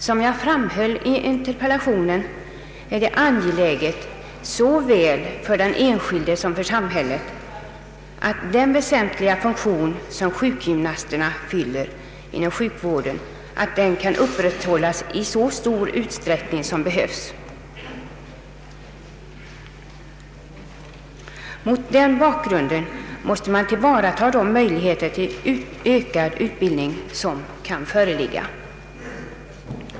Som jag framhöll i interpellationen är det angeläget såväl för den enskilde som för samhället att den väsentliga funktion som sjukgymnasterna fyller inom sjukvården kan upprätthållas i så stor utsträckning som behövs. Mot den bakgrunden måste man tillvarata de möjligheter till ökad utbildning som kan föreligga.